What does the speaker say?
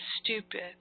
stupid